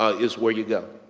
ah is where you go.